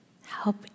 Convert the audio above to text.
Help